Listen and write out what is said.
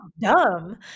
dumb